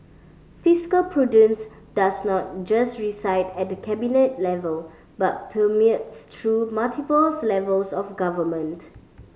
fiscal prudence does not just reside at the Cabinet level but permeates through multiples levels of government